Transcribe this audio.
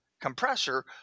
compressor